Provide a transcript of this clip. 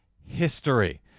history